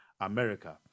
america